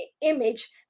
image